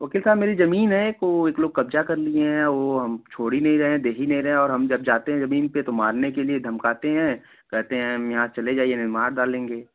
वकील साहब मेरी जमीन है एक वो एक लोग कब्जा कर लिए हैं वो हम छोड़ ही नहीं रहे हैं दे ही नहीं रहे हैं और हम जब जाते हैं जमीन पर तो मारने के लिए धमकाते हैं कहते हैं यहाँ से चले जाइए नहीं तो मार डालेंगे